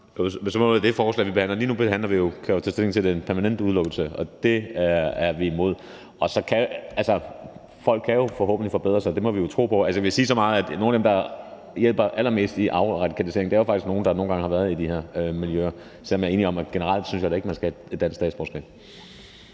nu skal vi jo tage stilling til den permanente udelukkelse, og det er vi imod. Folk kan jo forhåbentlig forbedre sig, og det må vi jo tro på. Jeg vil sige så meget, at nogle af dem, der hjælper allermest i afradikalisering, faktisk er nogle, der har været i de her miljøer. Men generelt er jeg enig i, at de ikke skal have dansk statsborgerskab.